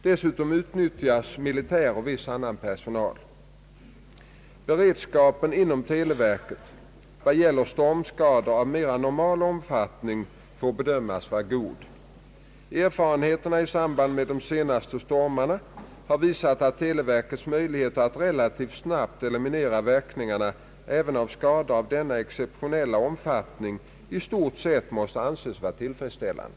Dessutom utnyttjas militär och viss annan personal. Beredskapen inom televerket vad gäller stormskador av mera normal omfattning får bedömas vara god. Erfarenheterna i samband med de senaste stormarna har visat att televerkets möjligheter att relativt snabbt eliminera verkningarna även av skador av denna exceptionella omfattning i stort sett måste anses vara tillfredsställande.